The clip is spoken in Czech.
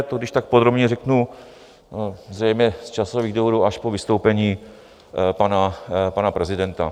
To kdyžtak podrobně řeknu zřejmě z časových důvodů až po vystoupení pana prezidenta.